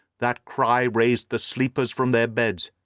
that cry raised the sleepers from their beds.